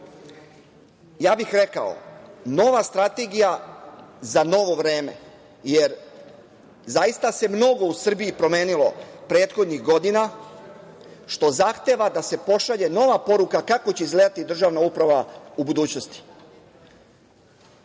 ja bih rekao nova strategija za novo vreme, jer zaista se mnogo u Srbiji promenilo prethodnih godina, što zahteva da se pošalje nova poruka kako će izgledati državna uprava u budućnosti.